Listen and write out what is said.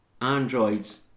androids